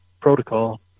protocol